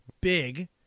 big